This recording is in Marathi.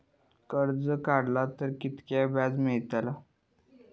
कर्ज काडला तर कीतक्या व्याज मेळतला?